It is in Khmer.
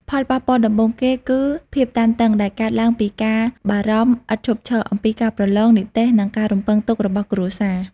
ផលប៉ះពាល់ដំបូងគេគឺ ភាពតានតឹង ដែលកើតឡើងពីការបារម្ភឥតឈប់ឈរអំពីការប្រឡង និទ្ទេស និងការរំពឹងទុករបស់គ្រួសារ។